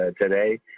today